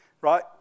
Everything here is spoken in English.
right